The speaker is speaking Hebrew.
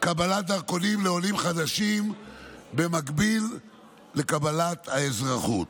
קבלת דרכונים לעולים חדשים במקביל לקבלת האזרחות.